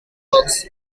works